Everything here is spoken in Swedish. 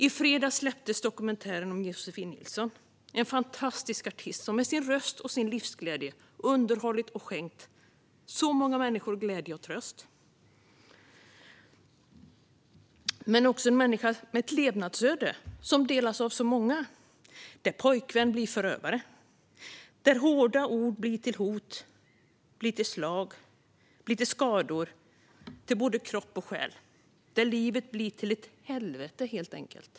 I fredags släpptes dokumentären om Josefin Nilsson - en fantastisk artist som med sin röst och sin livsglädje underhållit och skänkt så många människor glädje och tröst, men också en människa med ett levnadsöde som delas av så många: där pojkvän blir förövare, där hårda ord blir till hot, blir till slag, blir till skador på både kropp och själ, där livet helt enkelt blir till ett helvete.